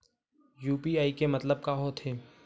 UPI के मतलब का होथे?